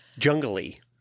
jungly